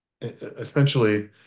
essentially